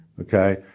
Okay